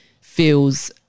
feels